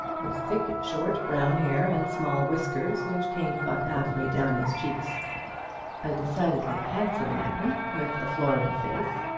with thick short brown hair and small whiskers which came but half-way down his cheeks a decidedly handsome man with a florid face,